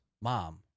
mom